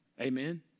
Amen